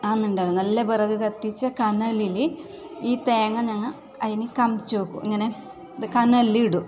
ആകുന്നുണ്ടാവും നല്ല വിറക് കത്തിച്ച കനലില് ഈ തേങ്ങ ഞങ്ങൾ അതിനെ കമഴ്ത്തി വെക്കും ഈ കനലില് ഇടും